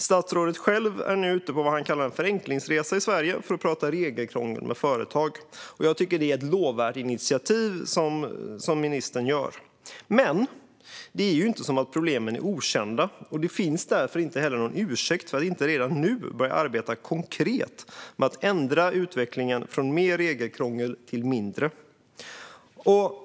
Statsrådet själv är nu ute på vad han kallar en förenklingsresa i Sverige för att prata om regelkrångel med företag. Det är ett lovvärt initiativ. Men problemen är inte okända. Det finns därför ingen ursäkt för att inte redan nu börja arbeta konkret med att ändra utvecklingen från mer regelkrångel till mindre.